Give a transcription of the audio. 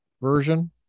version